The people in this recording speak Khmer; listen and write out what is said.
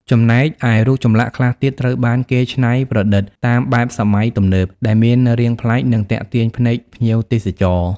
ចំណែកឯរូបចម្លាក់ខ្លះទៀតត្រូវបានគេច្នៃប្រឌិតតាមបែបសម័យទំនើប ដែលមានរាងប្លែក និងទាក់ទាញភ្នែកភ្ញៀវទេសចរ។